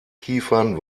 kiefern